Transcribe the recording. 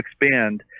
expand